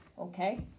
Okay